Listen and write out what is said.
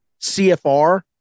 CFR